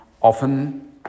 often